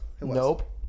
Nope